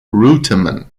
reutemann